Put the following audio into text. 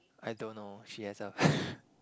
I don't know she has a